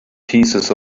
pieces